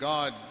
God